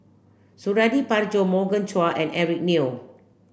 Suradi Parjo Morgan Chua and Eric Neo